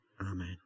Amen